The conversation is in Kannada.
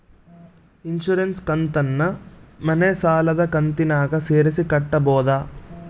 ಇನ್ಸುರೆನ್ಸ್ ಕಂತನ್ನ ಮನೆ ಸಾಲದ ಕಂತಿನಾಗ ಸೇರಿಸಿ ಕಟ್ಟಬೋದ?